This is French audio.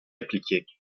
appliquées